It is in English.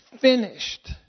finished